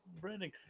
branding